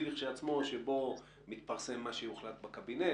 כשלעצמו שבו מתפרסם מה שיוחלט בקבינט,